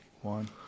one